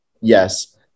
Yes